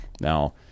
Now